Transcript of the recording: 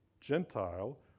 Gentile